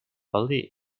bali